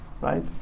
right